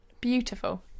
beautiful